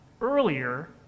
earlier